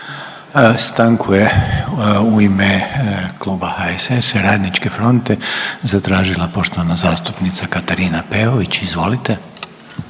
Stanku je u ime Kluba HSS-a i Radničke fronte zatražila poštovana zastupnica Katarina Peović. Izvolite.